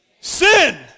Sin